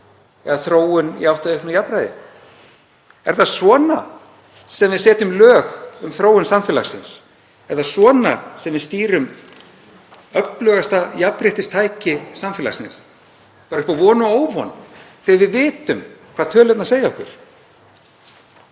eða þróun í átt að auknu jafnræði. Er það svona sem við setjum lög um þróun samfélagsins? Er það svona sem við stýrum öflugasta jafnréttistæki samfélagsins, bara upp á von og óvon, þegar við vitum hvað tölurnar segja okkur?